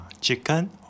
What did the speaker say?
chicken